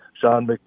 Sean